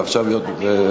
ועכשיו היא שוב,